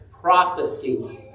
prophecy